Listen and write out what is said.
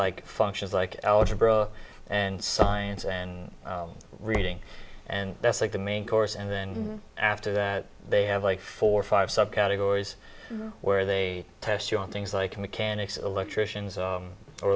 like functions like algebra and science and reading and that's like the main course and then after that they have like four five subcategories where they test you on things like mechanics electricians